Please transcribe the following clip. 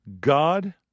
God